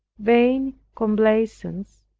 vain complaisance,